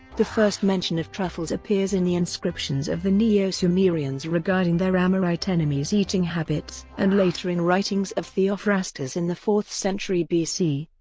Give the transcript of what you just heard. the first mention of truffles appears in the inscriptions of the neo-sumerians regarding their amorite enemy's enemy's eating habits and later in writings of theophrastus in the fourth century bc.